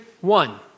one